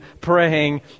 praying